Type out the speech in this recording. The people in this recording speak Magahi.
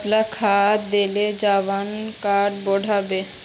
कतला खाद देले वजन डा बढ़बे बे?